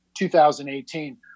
2018